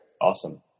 awesome